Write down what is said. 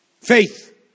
Faith